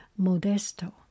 Modesto